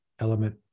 element